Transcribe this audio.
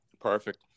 Perfect